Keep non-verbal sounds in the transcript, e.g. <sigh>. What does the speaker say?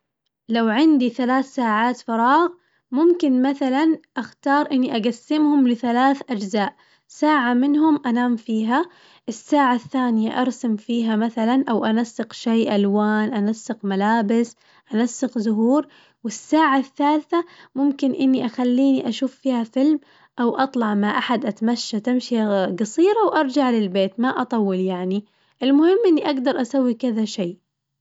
لو عندي ثلاث ساعات فراغ ممكن مثلاً أختار إني أقسمهم لثلاث أجزاء، ساعة منهم أنام فيها الساعة الثانية أرسم فيها مثلاً أو أنسق شي ألوان أنسق ملابس أنسق زهور، والساعة الثالثة ممكن إني أخلي أشوف فيها فيلم أو أطلع مع أحد أتمشى تمشية <hesitation> قصيرة وأرجع للبيت ما أطول يعني، المهم إني أقدر أسوي كذا شي.